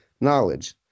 knowledge